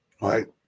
Right